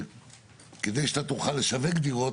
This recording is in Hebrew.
שכדי שאתה תוכל לשווק דירות,